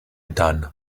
done